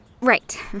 Right